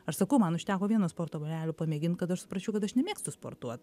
aš sakau man užteko vieno sporto būrelio pamėgint kad aš suprasčiau kad aš nemėgstu sportuot